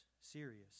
serious